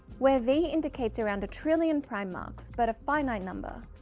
where v indicates around a trillion prime marks, but a finite number.